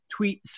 tweets